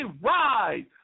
rise